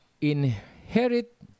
Inherit